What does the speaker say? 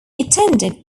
attended